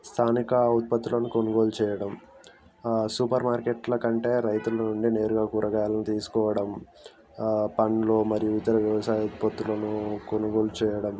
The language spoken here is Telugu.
స్థానిక ఉత్పత్తులను కొనుగోలు చేయడం సూపర్ మార్కెట్ల కంటే రైతుల నుండి నేరుగా కూరగాయలను తీసుకోవడం పండ్లు మరియు ఇతర వ్యవసాయ ఉత్పత్తులను కొనుగోలు చేయడం